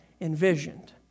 envisioned